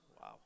Wow